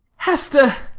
hester,